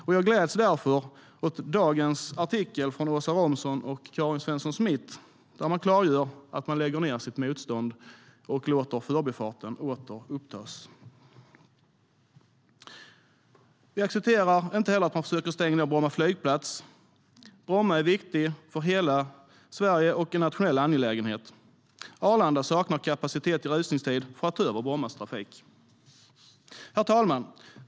Jag gläds därför åt dagens artikel från Åsa Romson och Karin Svensson Smith, där man klargör att man lägger ned sitt motstånd och låter byggandet av Förbifarten återupptas. STYLEREF Kantrubrik \* MERGEFORMAT KommunikationerHerr talman!